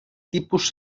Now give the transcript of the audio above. tipus